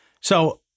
So-